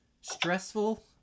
stressful